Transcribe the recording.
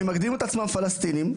שמגדירים את עצמם פלסטינים,